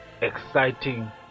exciting